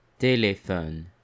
téléphone